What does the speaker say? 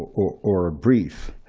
or or a brief.